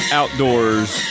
outdoors